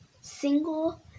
single